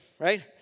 right